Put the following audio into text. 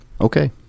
Okay